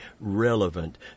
relevant